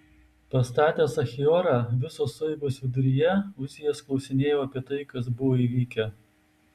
pastatęs achiorą visos sueigos viduryje uzijas klausinėjo apie tai kas buvo įvykę